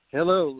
Hello